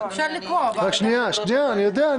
רק שנייה, אני יודע.